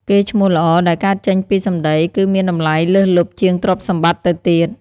កេរ្តិ៍ឈ្មោះល្អដែលកើតចេញពីសម្ដី គឺមានតម្លៃលើសលប់ជាងទ្រព្យសម្បត្តិទៅទៀត។